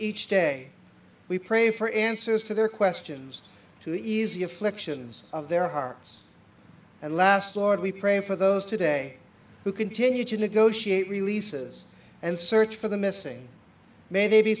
each day we pray for answers to their questions to ease the afflictions of their hearts at last lord we pray for those today who continue to negotiate releases and search for the missing may